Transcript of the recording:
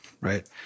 right